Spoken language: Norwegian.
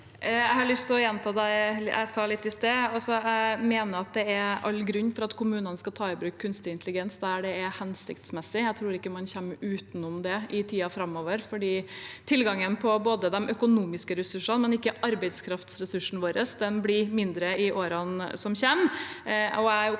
Jeg har lyst til å gjenta det jeg sa i sted. Jeg mener det er all grunn til at kommunene skal ta i bruk kunstig intelligens der det er hensiktsmessig. Jeg tror ikke man kommer utenom det i tiden framover, fordi tilgangen på både de økonomiske ressursene våre og ikke minst arbeidskraftressursene våre blir mindre i årene som kommer.